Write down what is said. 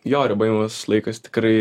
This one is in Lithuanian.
jo ribojamas laikas tikrai